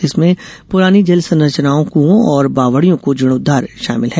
जिसमें पुरानी जल संरचनाओं कुंओं और बावड़ियों को जीर्णोद्वार शामिल है